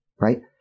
right